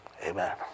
Amen